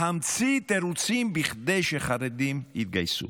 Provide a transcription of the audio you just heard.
בלהמציא תירוצים כדי שחרדים לא יתגייסו.